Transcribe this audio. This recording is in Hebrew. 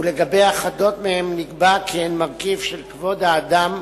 ולגבי אחדות מהן נקבע כי הן מרכיב של כבוד האדם,